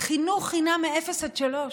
חינוך חינם מאפס עד שלוש.